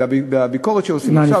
והביקורת שעושים.